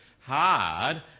hard